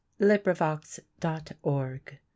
LibriVox.org